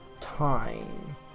time